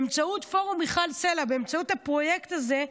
באמצעות פורום מיכל סלה, באמצעות הפרויקט הזה,